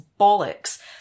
bollocks